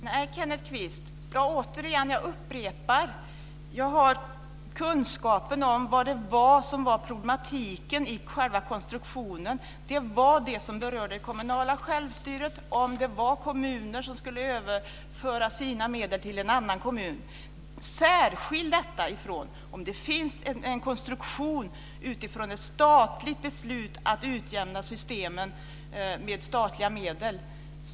Herr talman! Nej, Kenneth Kvist. Jag upprepar att jag har kunskap om vad det var som var problematiken i själva konstruktionen. Det var det som berörde det kommunala självstyret, om det var kommuner som skulle överföra sina medel till en annan kommun. Särskilj detta med en konstruktion från ett statligt beslut att utjämna systemen med statliga medel.